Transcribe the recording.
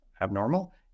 abnormal